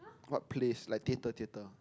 what place like theatre theatre